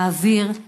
להעביר,